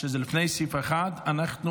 לפני סעיף 1, כמובן.